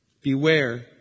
Beware